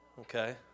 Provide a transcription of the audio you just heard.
Okay